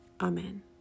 Amen